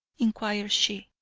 inquired she.